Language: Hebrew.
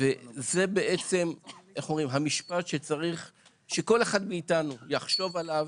זה בעצם המשפט שצריך שכל אחד מאיתנו יחשוב עליו,